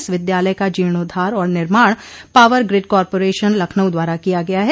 इस विद्यालय का जीर्णोद्वार और निर्माण पावर ग्रिड कारपोरेशन लखनऊ द्वारा किया गया है